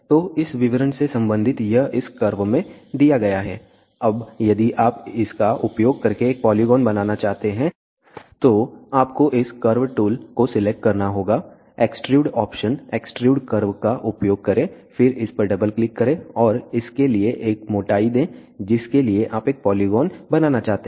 तो इस विवरण से संबंधित यह इस कर्व में दिया गया है अब यदि आप इसका उपयोग करके एक पोलीगोन बनाना चाहते हैं तो आपको इस कर्व टूल को सिलेक्ट करना होगा एक्सट्रूड ऑप्शन एक्सट्रूड कर्व का उपयोग करें फिर इस पर डबल क्लिक करें और इसके लिए एक मोटाई दें जिसके लिए आप एक पोलीगोन बनाना चाहते हैं